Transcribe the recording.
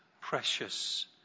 precious